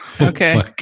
Okay